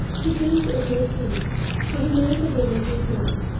he came to a great cave where he made the woman dismount,